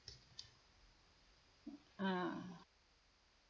ah